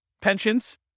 Pensions